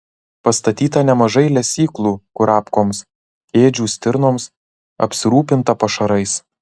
pastatyta nemažai lesyklų kurapkoms ėdžių stirnoms apsirūpinta pašarais